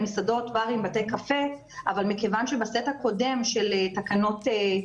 ד"ר אלרעי פרייס, מה הסיבה לנסיגה מבדיקות ה-PCR?